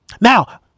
Now